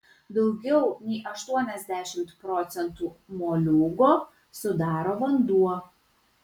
daugiau nei aštuoniasdešimt procentų moliūgo sudaro vanduo